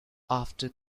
after